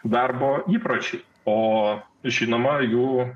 darbo įpročiai o žinoma jų